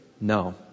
No